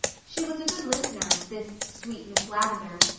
she was a good listener, this sweet miss lavendar,